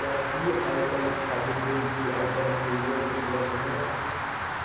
क्या tea items खाद्य तेल की आइटम्स सीरियल्स उपलब्ध है